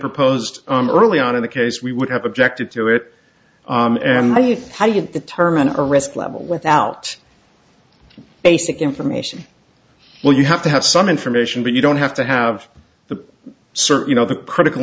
proposed early on in the case we would have objected to it and how you determine a risk level without basic information well you have to have some information but you don't have to have certain you know the critical